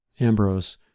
Ambrose